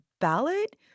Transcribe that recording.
ballot